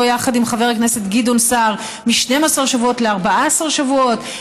יחד עם חבר הכנסת גדעון סער מ-12 שבועות ל-14 שבועות,